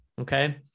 Okay